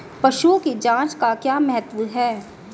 पशुओं की जांच का क्या महत्व है?